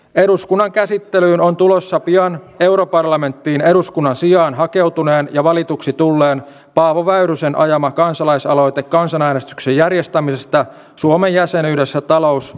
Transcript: eduskunnan käsittelyyn on tulossa pian europarlamenttiin eduskunnan sijaan hakeutuneen ja valituksi tulleen paavo väyrysen ajama kansalaisaloite kansan äänestyksen järjestämisestä suomen jäsenyydestä talous